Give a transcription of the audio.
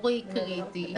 ציבורי קריטי,